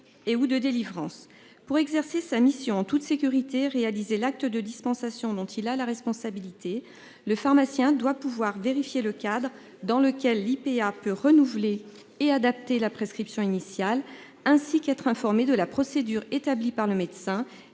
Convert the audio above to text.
pour exercer sa mission en toute sécurité réalisé l'acte de dispensation dont il a la responsabilité. Le pharmacien doit pouvoir vérifier le cadre dans lequel l'IPA peut renouveler et adapter la prescription initiale ainsi qu'être informé de la procédure établie par le médecin